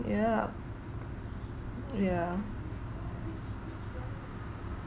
yup yeah